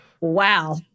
wow